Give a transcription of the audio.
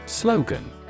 Slogan